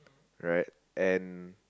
right and